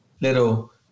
little